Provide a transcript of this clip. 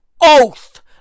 Oath